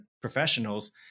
professionals